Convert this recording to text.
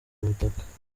ubutaka